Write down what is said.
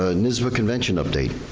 ah nysba convention update.